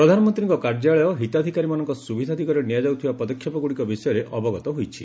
ପ୍ରଧାନମନ୍ତ୍ରୀଙ୍କ କାର୍ଯ୍ୟାଳୟ ହିତାଧିକାରୀମାନଙ୍କ ସୁବିଧା ଦିଗରେ ନିଆଯାଉଥିବା ପଦକ୍ଷେପଗୁଡ଼ିକ ବିଷୟରେ ଅବଗତ ହୋଇଛି